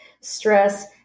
stress